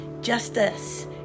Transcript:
Justice